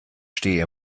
stehe